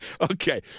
Okay